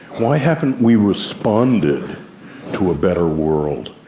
why haven't we responded to a better world?